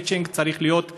המצ'ינג צריך להיות מדורג,